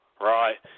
right